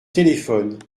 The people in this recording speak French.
téléphone